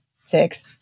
six